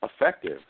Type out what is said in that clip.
effective